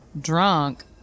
drunk